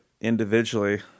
individually